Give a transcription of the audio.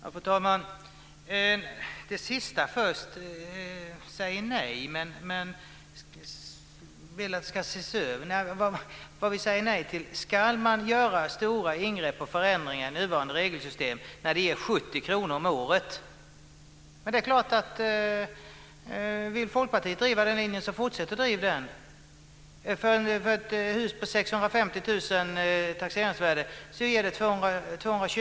Fru talman! Jag tar det sista först; Vänstern säger nej, men vill att det ska ses över. Vi säger nej till följande: Ska det göras stora ingrepp och förändringar i nuvarande regelsystem när det ger 70 kr om året? Om Folkpartiet vill driva den linjen ska man fortsätta att driva den. För ett hus med ett taxeringsvärde på 650 000 kr ger det 220 kr per år.